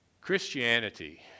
Christianity